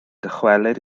dychwelyd